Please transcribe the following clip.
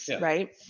right